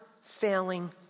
failing